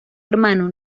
hermano